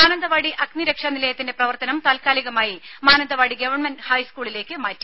മാനന്തവാടി അഗ്നി അരക്ഷാ നിലയത്തിന്റെ പ്രവർത്തനം താൽക്കാലികമായി മാനന്തവാടി ഗവ ഹൈസ്കൂളിലേക്ക് മാറ്റി